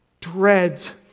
dreads